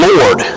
Lord